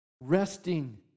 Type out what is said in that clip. Resting